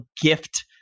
gift